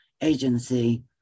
agency